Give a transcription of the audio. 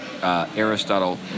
Aristotle